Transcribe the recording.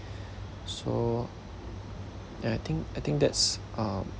so ya I think I think that's uh